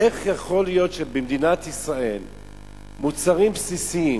איך יכול להיות שבמדינת ישראל מוצרים בסיסיים